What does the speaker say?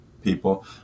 People